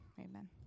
Amen